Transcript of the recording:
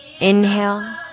inhale